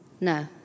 No